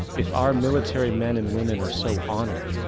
if our military men and women are so honored,